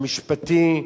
המשפטי,